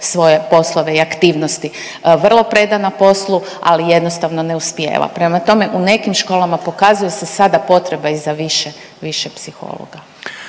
svoje poslove i aktivnosti. Vrlo predan na poslu ali jednostavno ne uspijeva. Prema tome u nekim školama pokazuje se sada potreba i za više, više psihologa.